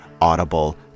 audible